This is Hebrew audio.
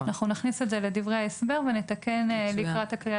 אנחנו נכניס את זה לדברי ההסבר ונתקן לקראת הקריאה